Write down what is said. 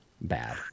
bad